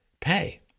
pay